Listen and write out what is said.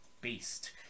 beast